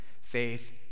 faith